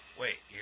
wait